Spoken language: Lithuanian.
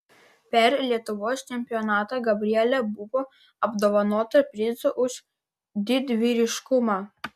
per lietuvos čempionatą gabrielė buvo apdovanota prizu už didvyriškumą